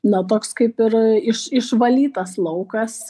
na toks kaip ir iš išvalytas laukas